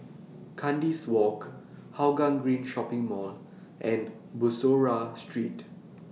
Kandis Walk Hougang Green Shopping Mall and Bussorah Street